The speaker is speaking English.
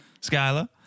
Skyla